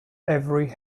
every